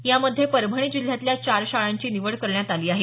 यामध्ये परभणी जिल्ह्यातल्या चार शाळांची निवड करण्यात आली आहे